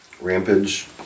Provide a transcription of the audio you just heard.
Rampage